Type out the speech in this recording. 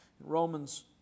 Romans